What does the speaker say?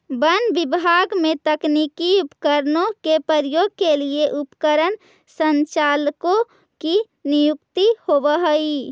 वन विभाग में तकनीकी उपकरणों के प्रयोग के लिए उपकरण संचालकों की नियुक्ति होवअ हई